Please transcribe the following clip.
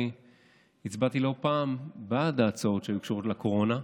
אני הצבעתי לא פעם בעד ההצעות שהיו קשורות לקורונה.